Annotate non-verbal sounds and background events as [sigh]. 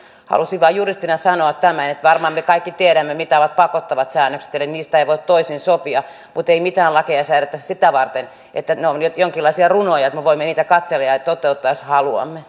halusin vain juristina sanoa tämän että varmaan me kaikki tiedämme mitä ovat pakottavat säännökset eli niistä ei voi toisin sopia mutta ei mitään lakeja säädetä sitä varten että ne ovat jonkinlaisia runoja että me voimme niitä katsella ja toteuttaa jos haluamme [unintelligible]